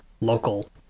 local